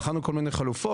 בחנו כל מיני חלופות,